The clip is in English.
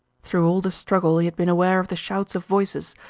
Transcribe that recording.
through all the struggle he had been aware of the shouts of voices,